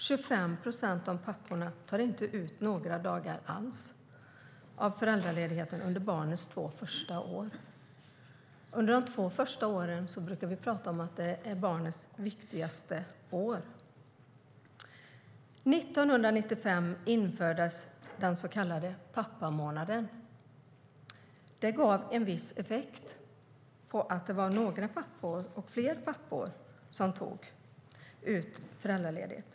25 procent av papporna tar inte ut några dagar alls av föräldraledigheten under barnets två första år. Vi brukar tala om att barnets första två år är de viktigaste. År 1995 infördes den så kallade pappamånaden. Det gav en viss effekt, och fler pappor tog ut föräldraledighet.